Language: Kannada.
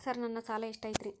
ಸರ್ ನನ್ನ ಸಾಲಾ ಎಷ್ಟು ಐತ್ರಿ?